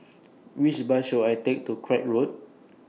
Which Bus should I Take to Craig Road